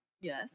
Yes